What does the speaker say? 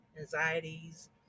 anxieties